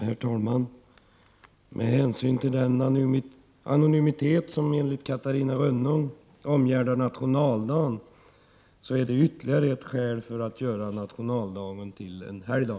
Herr talman! Den anonymitet som enligt Catarina Rönnungs uppfattning omgärdar nationaldagen är ytterligare en anledning till att göra nationaldagen till en helgdag.